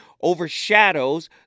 overshadows